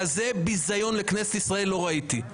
כזה ביזיון לכנסת ישראל לא ראיתי.